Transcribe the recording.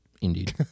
Indeed